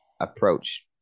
approach